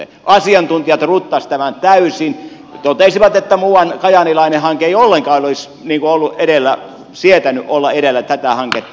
asiantuntijat ruttasivat tämän täysin totesivat että muuan kajaanilainen hanke ei ollenkaan olisi sietänyt olla edellä tätä hanketta